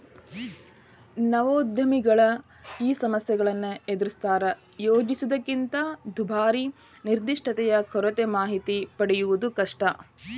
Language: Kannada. ನವೋದ್ಯಮಿಗಳು ಈ ಸಮಸ್ಯೆಗಳನ್ನ ಎದರಿಸ್ತಾರಾ ಯೋಜಿಸಿದ್ದಕ್ಕಿಂತ ದುಬಾರಿ ನಿರ್ದಿಷ್ಟತೆಯ ಕೊರತೆ ಮಾಹಿತಿ ಪಡೆಯದು ಕಷ್ಟ